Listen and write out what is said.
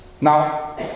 Now